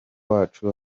wacu